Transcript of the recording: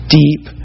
deep